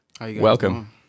Welcome